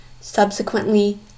Subsequently